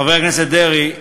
חבר הכנסת דרעי,